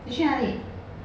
你去哪里